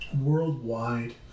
worldwide